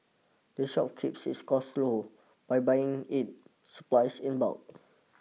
the shop keeps its costs low by buying its supplies in bulk